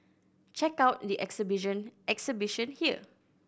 check out the exhibition here